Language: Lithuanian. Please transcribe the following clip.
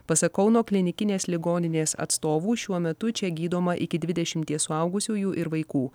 pasak kauno klinikinės ligoninės atstovų šiuo metu čia gydoma iki dvidešimties suaugusiųjų ir vaikų